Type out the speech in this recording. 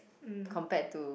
compared to